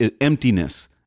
emptiness